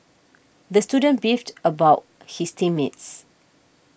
the student beefed about his team mates